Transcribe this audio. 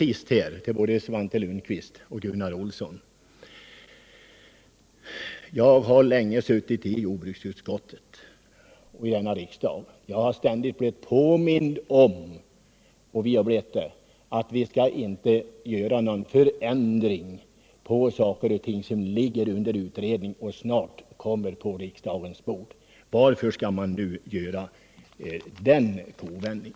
Jag har, Svante Lundkvist och Gunnar Olsson, suttit länge i jordbruksutskottet och i denna riksdag. Jag har ständigt blivit påmind om att vi inte skall vidta några förändringar av saker och ting som ligger under utredning och snart kommer på riksdagens bord. Det är en kutym som ni ständigt hävdat. Varför gör ni nu denna kovändning?